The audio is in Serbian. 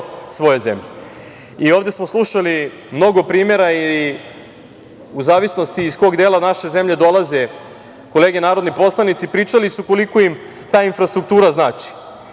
svoje zemlje. Ovde smo slušali mnogo primera, u zavisnosti iz kog dela naše zemlje dolaze kolege narodni poslanici, pričali su koliko im ta infrastruktura znači.